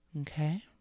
okay